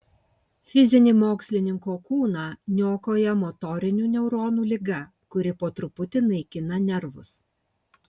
fizinį mokslininko kūną niokoja motorinių neuronų liga kuri po truputį naikina nervus